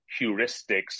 heuristics